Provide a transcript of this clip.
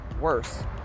worse